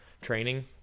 training